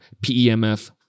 PEMF